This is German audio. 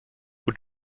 und